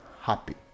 happy